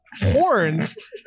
horns